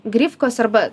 grifkos arba